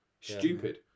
Stupid